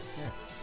Yes